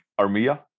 Armia